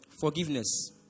Forgiveness